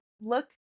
look